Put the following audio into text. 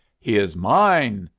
he is mine!